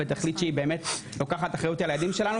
ותחליט שהיא באמת לוקחת אחריות על הילדים שלנו,